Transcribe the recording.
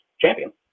champion